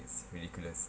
it's ridiculous